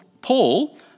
Paul